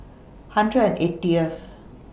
hundred and eightieth